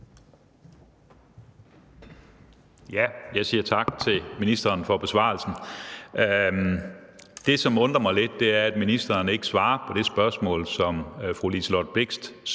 Jeg siger tak til ministeren for besvarelsen. Det, som undrer mig lidt, er, at ministeren ikke svarer på det spørgsmål, som fru Liselott Blixt kom med,